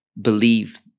believe